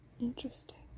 Interesting